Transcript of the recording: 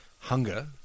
hunger